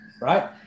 right